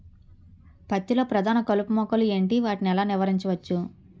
పత్తి లో ప్రధాన కలుపు మొక్కలు ఎంటి? వాటిని ఎలా నీవారించచ్చు?